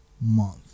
month